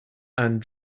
and